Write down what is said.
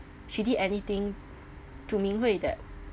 she did anything to ming hui that